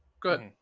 good